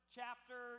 chapter